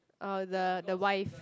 uh the the wife